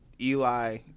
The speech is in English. Eli